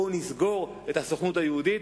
נסגור את הסוכנות היהודית.